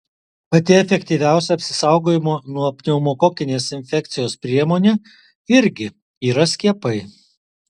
pati efektyviausia apsisaugojimo nuo pneumokokinės infekcijos priemonė irgi yra skiepai